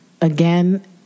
again